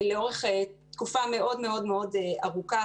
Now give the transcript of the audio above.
יש לי 24 מצלמות בגן ואפילו 9 מיקרופונים שכנראה אצטרך לנתק בשנה